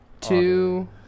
two